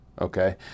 okay